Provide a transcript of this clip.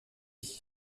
vie